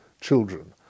children